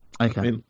Okay